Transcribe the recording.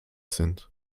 sind